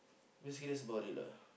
basically that's about it lah